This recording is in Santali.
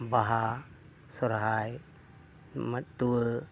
ᱵᱟᱦᱟ ᱥᱚᱦᱚᱨᱟᱭ ᱢᱟᱛᱚᱣᱟᱨ